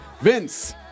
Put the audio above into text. Vince